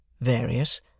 various